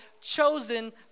chosen